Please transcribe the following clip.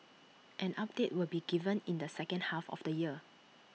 an update will be given in the second half of the year